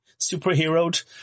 superheroed